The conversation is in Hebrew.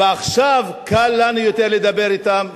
ועכשיו קל לנו יותר לדבר אתם,